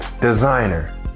designer